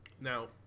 now